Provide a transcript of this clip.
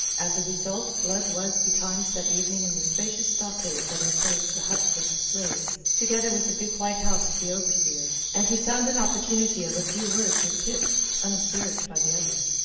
as a result blood was betimes that evening in the spacious stockade that enclosed the huts of the slaves together with the big white house of the overseer, and he found an opportunity of a few words with pitt, unobserved by the others.